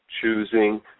Choosing